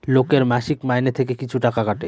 লোকের মাসিক মাইনে থেকে কিছু টাকা কাটে